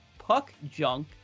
PuckJunk